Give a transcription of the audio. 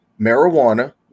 marijuana